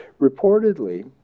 Reportedly